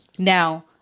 Now